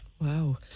Wow